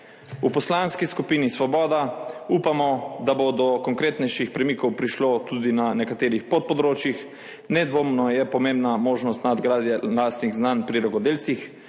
V Poslanski skupini Svoboda upamo, da bo do konkretnejših premikov prišlo tudi na nekaterih podpodročjih. Nedvomno je pomembna možnost nadgradnje lastnih znanj pri rokodelcih,